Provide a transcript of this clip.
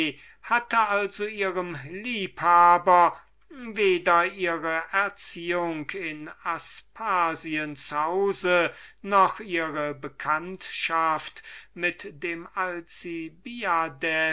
hatte also ihrem liebhaber weder ihre erziehung in aspasiens hause noch ihre bekanntschaft mit dem